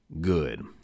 good